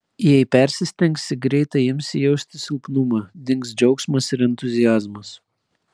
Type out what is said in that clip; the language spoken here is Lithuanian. jei persistengsi greitai imsi jausti silpnumą dings džiaugsmas ir entuziazmas